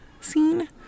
scene